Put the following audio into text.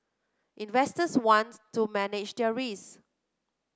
investors want to manage their risk